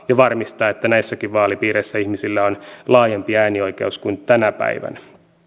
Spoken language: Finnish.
ja varmistaa että näissäkin vaalipiireissä ihmisillä on laajempi äänioikeus kuin tänä päivänä